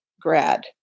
grad